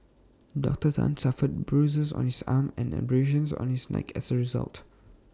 dr Tan suffered bruises on his arm and abrasions on his neck as A result